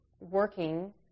working